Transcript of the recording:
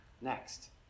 Next